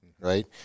right